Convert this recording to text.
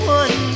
one